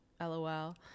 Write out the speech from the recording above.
lol